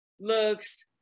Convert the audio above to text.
looks